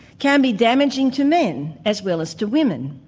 can be damaging to men, as well as to women.